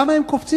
למה הם קופצים?